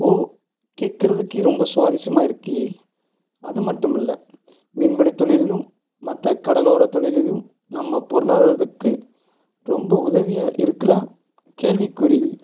ஓ கேட்கறதுக்கே ரொம்ப சுவாரசியமாக இருக்கே அது மட்டுமில்லை மீன்பிடி தொழிலும் மற்ற கடலோரத் தொழிலிலும் நம்ம பொருளாதாரத்துக்கு ரொம்ப உதவியாக இருக்குலை கேள்விக்குறி